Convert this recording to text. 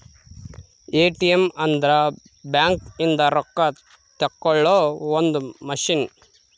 ATM ಅಂದ್ರ bank ಇಂದ ರೊಕ್ಕ ತೆಕ್ಕೊಳೊ ಒಂದ್ ಮಸಿನ್